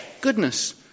Goodness